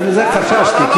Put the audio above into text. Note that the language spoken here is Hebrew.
מזה חששתי.